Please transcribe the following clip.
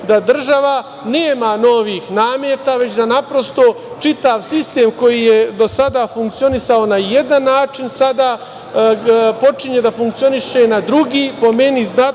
da država nema novih nameta, već da naprosto čitav sistem koji je do sada funkcionisao na jedan način, sada počinje da funkcioniše na drugi, po meni znatno